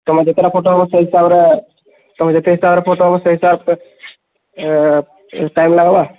ତମେ ଯେତେଟା ଫଟୋ ହେବ ସେ ହିସାବରେ ତମେ ଯେତେ ହିସାବରେ ଫଟୋ ହେବ ସେ ହିସାବରେ ଟାଇମ୍ ଲାଗ୍ବା